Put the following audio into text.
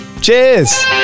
Cheers